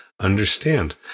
understand